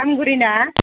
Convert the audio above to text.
आमगुरिना